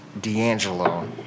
D'Angelo